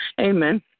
Amen